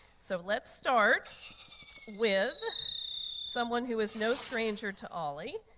so let's start with someone who is no stranger to olli.